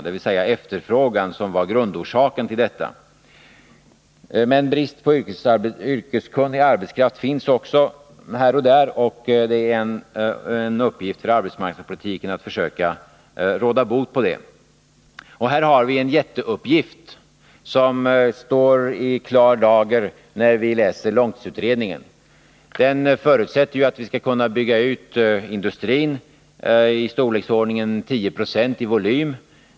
Givetvis är det brist på yrkeskunnig arbetskraft här och där, och det är en uppgift inom arbetsmarknadspolitiken att försöka råda bot på det förhållandet. Den som läser långtidsutredningen finner att vi har en jätteuppgift. Det förutsätts nämligen att industrin skall få en 10-procentig volymökning.